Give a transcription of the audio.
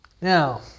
Now